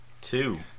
Two